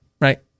Right